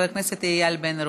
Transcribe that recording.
חבר הכנסת איל בן ראובן,